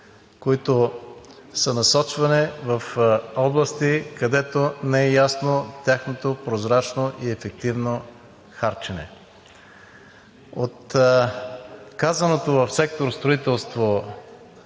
които са насочвани в области, където не е ясно тяхното прозрачно и ефективно харчене. Казаното в сектор „Строителство“